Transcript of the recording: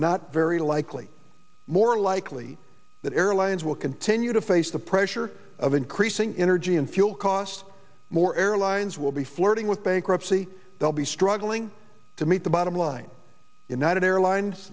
not very likely more likely that airlines will continue to face the pressure of increasing energy and fuel costs more airlines will be flirting with bankruptcy they'll be struggling to meet the bottom line united airlines